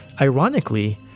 Ironically